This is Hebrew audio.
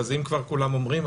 אז אם כבר כולם אומרים,